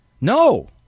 No